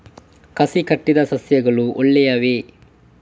ಕಸಿ ಕಟ್ಟಿದ ಸಸ್ಯಗಳು ಒಳ್ಳೆಯವೇ?